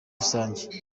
rusange